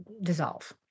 dissolve